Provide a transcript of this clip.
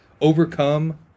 overcome